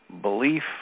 belief